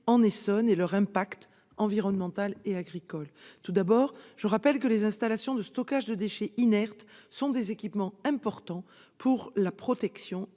en Essonne et leur impact environnemental et agricole. Tout d'abord, je rappelle que les installations de stockage de déchets inertes sont des équipements importants pour la protection